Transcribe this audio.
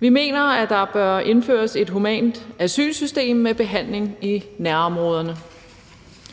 Vi mener, at der bør indføres et humant asylsystem med behandling i nærområderne.